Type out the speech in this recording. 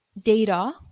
data